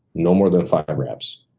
no more than five reps.